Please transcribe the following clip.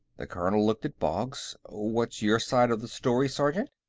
the colonel looked at boggs. what's your side of the story, sergeant?